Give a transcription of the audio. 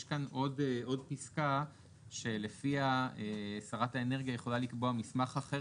יש כאן עוד פסקה שלפיה שרת האנרגיה יכולה לקבוע מסמך אחר